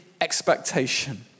expectation